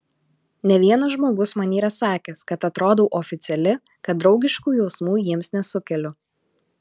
ne vienas žmogus man yra sakęs kad atrodau oficiali kad draugiškų jausmų jiems nesukeliu